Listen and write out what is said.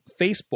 Facebook